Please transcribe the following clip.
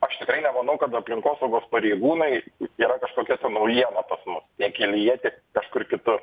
aš tikrai nemanau kad aplinkosaugos pareigūnai yra kažkokia tai naujiena pas mus tiek kelyje tiek kažkur kitur